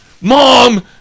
Mom